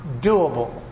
doable